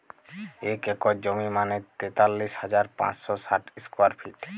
এক একর জমি মানে তেতাল্লিশ হাজার পাঁচশ ষাট স্কোয়ার ফিট